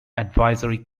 advisory